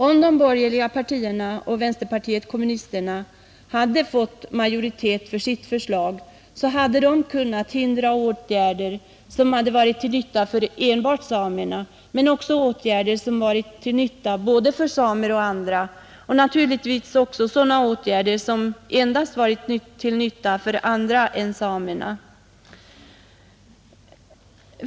Om de borgerliga partierna och vänsterpartiet kommunisterna hade fått majoritet för sitt förslag, så hade de kunnat hindra åtgärder som varit till nytta för enbart samerna men också åtgärder som varit till nytta för både samer och andra och naturligtvis även sådana åtgärder som endast varit till nytta för andra än samerna.